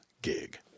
gig